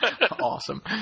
Awesome